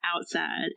outside